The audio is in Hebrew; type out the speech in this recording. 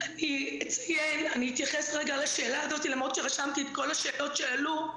אתמול הוצאנו הנחיות ברורות שוב ותיקונים,